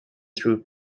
through